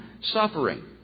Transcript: suffering